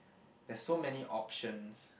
there's so many options